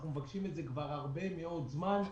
אנחנו מבקשים את זה כבר הרבה מאוד זמן.